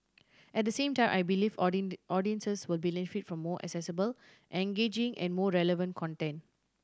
at the same time I believe audiences will benefit from more accessible engaging and more relevant content